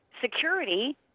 Security